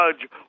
judge